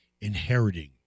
inheriting